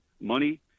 money